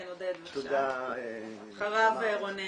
בבקשה עודד ואחריו רונן.